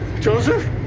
Joseph